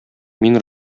мин